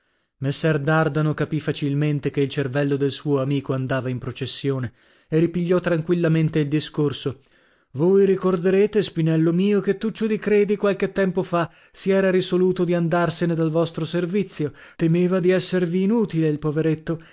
messer dardano capì facilmente che il cervello del suo amico andava in processione e ripigliò tranquillamente il discorso voi ricorderete spinello mio che tuccio di credi qualche tempo fa si era risoluto di andarsene dal vostro servizio temeva di esservi inutile il poveretto